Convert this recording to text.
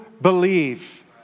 believe